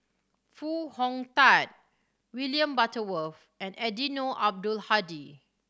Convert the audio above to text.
Foo Hong Tatt William Butterworth and Eddino Abdul Hadi